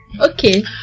Okay